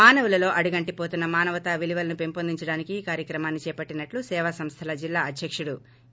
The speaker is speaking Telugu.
మానవులలో అడుగంటిపోతున్న మానవతా విలువలను పెంపొందించడానికి ఈ కార్యక్రమాన్ని చేపట్లినట్లు సేవా సంస్వల జిల్లా అధ్యకుడు వి